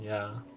ya